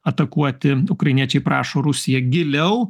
atakuoti ukrainiečiai prašo rusiją giliau